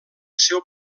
seu